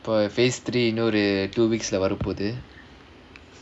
அப்போ:appo phase three இன்னொரு:innoru two weeks leh வர போகுது:vara poguthu